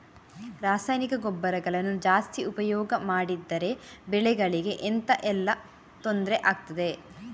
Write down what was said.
ರಾಸಾಯನಿಕ ಗೊಬ್ಬರಗಳನ್ನು ಜಾಸ್ತಿ ಉಪಯೋಗ ಮಾಡಿದರೆ ಬೆಳೆಗಳಿಗೆ ಎಂತ ಎಲ್ಲಾ ತೊಂದ್ರೆ ಆಗ್ತದೆ?